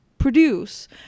Produce